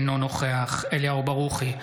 אינו נוכח אליהו ברוכי,